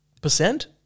percent